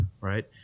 right